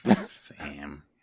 Sam